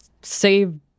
save